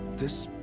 this.